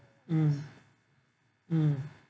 mm mm